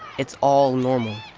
it's all normal.